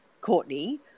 Courtney